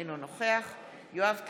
אינו נוכח יואב קיש,